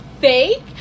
fake